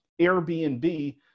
Airbnb